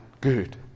good